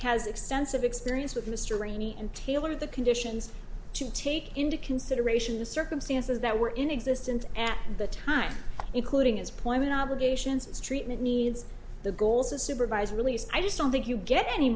has extensive experience with mr rayney and tailor the conditions to take into consideration the circumstances that were in existence at the time including his point in obligations its treatment needs the goals of supervised release i just don't think you get any